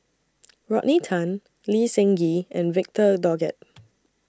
Rodney Tan Lee Seng Gee and Victor Doggett